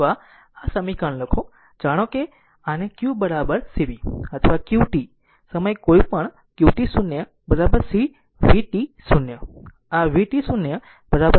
અથવા આ સમીકરણ લખો જાણો કે આને q c v અથવા qt સમયે કોઈપણ qt0 c vt0